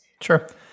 Sure